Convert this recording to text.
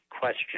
question